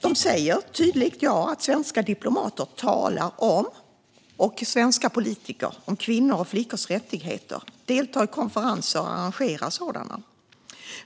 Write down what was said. De säger tydligt att svenska diplomater och politiker talar om kvinnors och flickors rättigheter, deltar i och arrangerar konferenser,